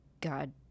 God